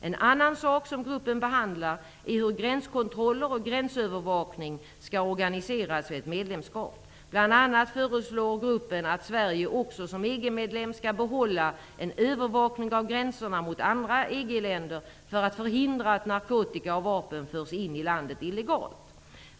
En annan sak som gruppen behandlar är hur gränskontroller och gränsövervakning skall organiseras vid ett medlemskap. Bl.a. föreslår gruppen att Sverige också som EG-medlem skall behålla en övervakning av gränserna mot andra EG-länder för att förhindra att narkotika och vapen förs in i landet illegalt.